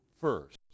first